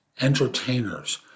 entertainers